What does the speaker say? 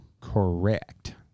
Correct